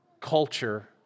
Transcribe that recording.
culture